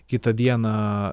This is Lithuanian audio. kitą dieną